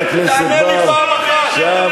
תענה לי פעם אחת.